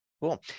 Cool